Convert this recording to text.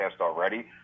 already